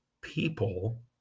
people